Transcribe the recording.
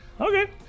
Okay